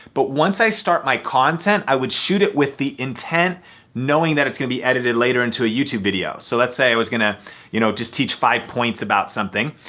but once i start my content, i would shoot it with the intent knowing that it's gonna be edited later onto a youtube video. so let's say i was gonna you know just teach five points about something,